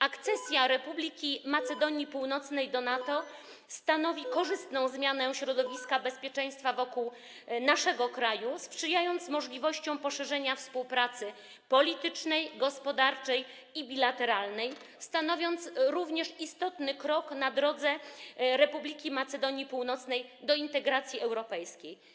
Akcesja Republiki Macedonii Północnej do NATO stanowi korzystną zmianę środowiska bezpieczeństwa wokół naszego kraju, sprzyjając możliwościom poszerzenia współpracy politycznej, gospodarczej i bilateralnej, jak również stanowiąc istotny krok na drodze Republiki Macedonii Północnej do integracji europejskiej.